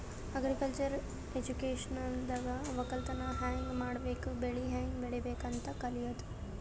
agriculture ಎಜುಕೇಶನ್ದಾಗ್ ವಕ್ಕಲತನ್ ಹ್ಯಾಂಗ್ ಮಾಡ್ಬೇಕ್ ಬೆಳಿ ಹ್ಯಾಂಗ್ ಬೆಳಿಬೇಕ್ ಅಂತ್ ಕಲ್ಯಾದು